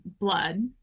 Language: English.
blood